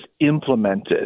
implemented